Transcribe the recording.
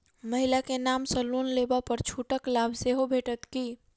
महिला केँ नाम सँ लोन लेबऽ पर छुटक लाभ सेहो भेटत की?